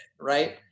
Right